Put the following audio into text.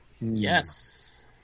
Yes